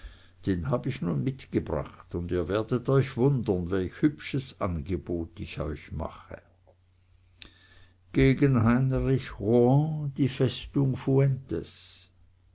den hab ich nun mitgebracht und ihr werdet euch wundern welch hübsches angebot ich euch mache gegen heinrich rohan die festung